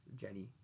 Jenny